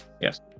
yes